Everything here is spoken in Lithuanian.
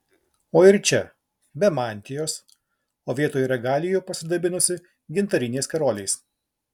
o ir čia be mantijos o vietoj regalijų pasidabinusi gintariniais karoliais